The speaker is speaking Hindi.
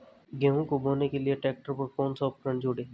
गन्ने को बोने के लिये ट्रैक्टर पर कौन सा उपकरण जोड़ें?